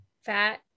fat